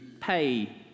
pay